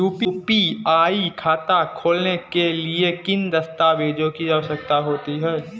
UPI खाता खोलने के लिए किन दस्तावेज़ों की आवश्यकता होती है?